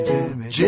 Jimmy